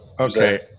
Okay